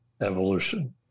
evolution